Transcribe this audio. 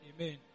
Amen